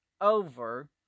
over